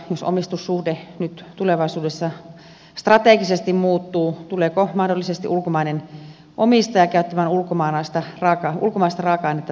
jos omistussuhde nyt tulevaisuudessa strategisesti muuttuu tuleeko mahdollisesti ulkomainen omistaja käyttämään ulkomaista raaka ainetta tehtaalla